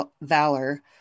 Valor